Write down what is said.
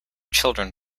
children